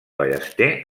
ballester